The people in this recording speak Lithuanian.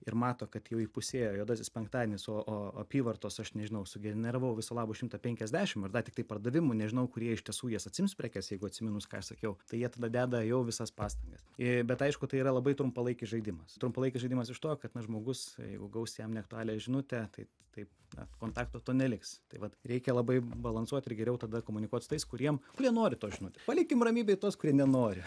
ir mato kad jau įpusėjo juodasis penktadienis o o apyvartos aš nežinau sugeneravau viso labo šimtą penkiasdešimt ir dar tiktai pardavimų nežinau kurie iš tiesų jas atsiims prekes jeigu atsiminus ką sakiau tai jie tada deda jau visas pastangas ir bet aišku tai yra labai trumpalaikis žaidimas trumpalaikis žaidimas iš to kad na žmogus jau gaus jam neaktualią žinutę tai taip na kontakto neliks tai vat reikia labai balansuot ir geriau tada komunikuot su tais kuriem nenori to žinoti palikim ramybėj tuos kurie nenori